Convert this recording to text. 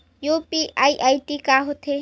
UPI ID का होथे?